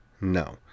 No